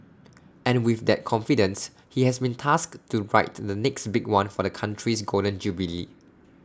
and with that confidence he has been tasked to write the next big one for the Country's Golden Jubilee